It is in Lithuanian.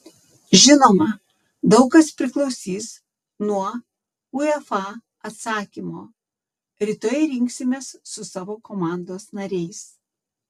žinoma daug kas priklausys nuo uefa atsakymo rytoj rinksimės su savo komandos nariais